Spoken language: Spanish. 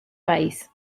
país